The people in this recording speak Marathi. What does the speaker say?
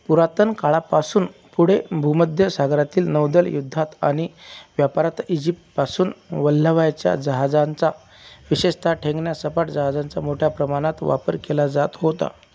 पुरातनकाळापासून पुढे भूमध्य सागरातील नौदल युद्धात आणि व्यापारात इजिप्तपासून वल्हवायच्या जहाजांचा विशेषतः ठेंगण्या सपाट जहाजांचा मोठ्या प्रमाणात वापर केला जात होता